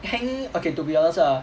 hanging okay to be honest ah